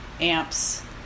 amps